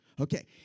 Okay